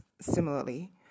similarly